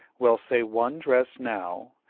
well, say one dress now,